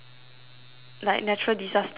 like natural disasters happen